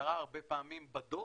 חזרה הרבה פעמים בדוח,